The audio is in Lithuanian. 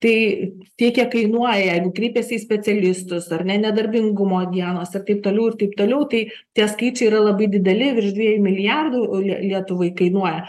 tai tiek kiek kainuoja kreipiasi į specialistus ar ne nedarbingumo dienos ir taip toliau ir taip toliau tai tie skaičiai yra labai dideli virš dviejų milijardų lie lietuvai kainuoja